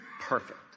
Perfect